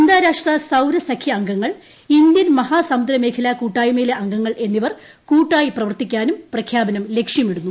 അന്താരാഷ്ട്ര സൌരസഖ്യ അംഗങ്ങൾ ഇന്ത്യൻ മഹാസമുദ്ര മേഖല കൂട്ടായ്മയിലെ അംഗങ്ങൾ എന്നിവർ കൂട്ടായി പ്രവർത്തിക്കാനും പ്രഖ്യാപനം ലക്ഷ്യമിടുന്നു